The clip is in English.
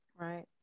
Right